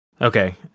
Okay